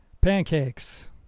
pancakes